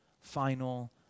final